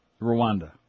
Rwanda